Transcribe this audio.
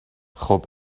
خوب